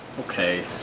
okay